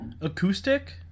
acoustic